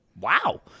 wow